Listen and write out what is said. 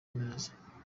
meza